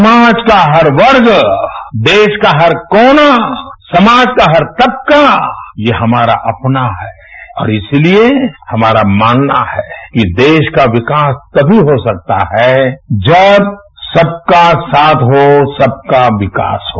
समाज का हर वर्ग देश का हर कोना समाज का हर तबका ये हमारा अपना है और इसलिए हमारा मानना है कि देश का विकास तभी हो सकता है जब सबका साथ हो सबका विकास हो